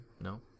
no